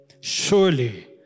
Surely